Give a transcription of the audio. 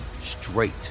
straight